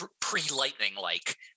pre-lightning-like